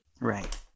Right